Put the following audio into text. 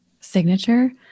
signature